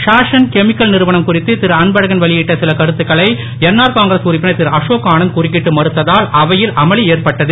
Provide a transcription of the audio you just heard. சாசன் chemical நிறுவனம் குறித்து திரு அன்பழகன் வெளியிட்ட சில கருத்துக்களை முன்னாள் காங்கிரஸ் உறுப்பினர் திரு அசோக் ஆனந்த் குறுக்கிட்டு மறுத்ததால் அவையில் அமளி ஏற்பட்டது